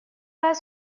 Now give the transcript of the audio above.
pas